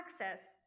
access